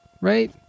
right